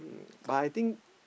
but I think